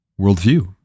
worldview